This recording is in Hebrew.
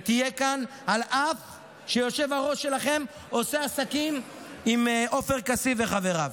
ותהיה כאן אף שהיושב-ראש שלכם עושה עסקים עם עופר כסיף וחבריו.